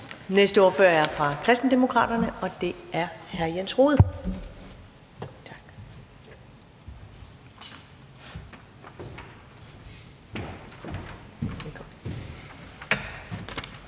Næste ordfører er fra Kristendemokraterne, og det er hr. Jens Rohde.